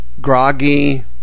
groggy